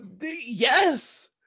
Yes